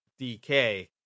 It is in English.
DK